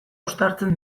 uztartzen